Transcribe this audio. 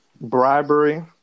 bribery